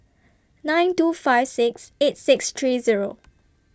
nine two five six eight six three Zero